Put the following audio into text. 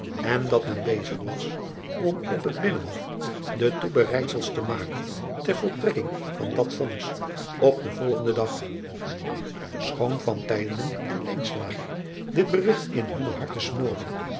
en dat men bezig was om op het innenhof de toebereidsels te maken ter voltrekking van dat vonnis op den volgenden dag choon en dit berigt in hunne harten